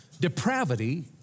Depravity